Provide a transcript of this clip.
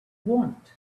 want